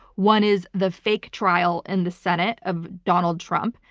one is the fake trial in the senate of donald trump.